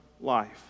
life